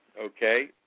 Okay